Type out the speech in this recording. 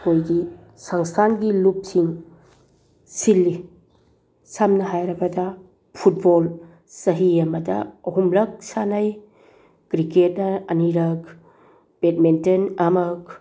ꯑꯩꯈꯣꯏꯒꯤ ꯁꯪꯁꯊꯥꯟꯒꯤ ꯂꯨꯞꯁꯤꯡꯅ ꯁꯤꯜꯂꯤ ꯁꯝꯅ ꯍꯥꯏꯔꯕꯗ ꯐꯨꯠꯕꯣꯜ ꯆꯍꯤ ꯑꯃꯗ ꯑꯍꯨꯝꯂꯛ ꯁꯥꯟꯅꯩ ꯀ꯭ꯔꯤꯛꯀꯦꯠꯇ ꯑꯅꯤꯔꯛ ꯕꯦꯗꯃꯤꯟꯇꯟ ꯑꯃꯨꯛ